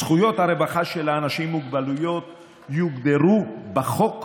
זכויות הרווחה של אנשים עם מוגבלויות יוגדרו בחוק